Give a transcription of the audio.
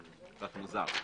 קצת מוזר.